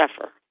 suffer